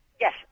Yes